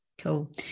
cool